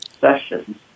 sessions